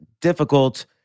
difficult